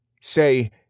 Say